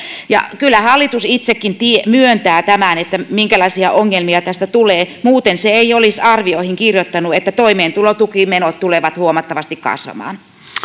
kyllä hallitus itsekin myöntää tämän minkälaisia ongelmia tästä tulee muuten se ei olisi arvioihin kirjoittanut että toimeentulotukimenot tulevat huomattavasti kasvamaan